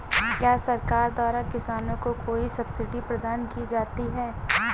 क्या सरकार द्वारा किसानों को कोई सब्सिडी प्रदान की जाती है?